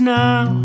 now